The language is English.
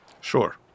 Sure